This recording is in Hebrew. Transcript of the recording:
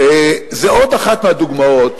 זאת עוד אחת מהדוגמאות